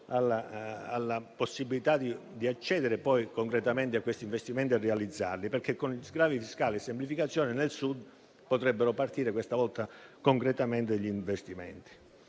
alla possibilità di accedere concretamente a questi investimenti e a realizzarli, perché con gli sgravi fiscali e le semplificazioni nel Sud potrebbero partire, questa volta concretamente, gli investimenti.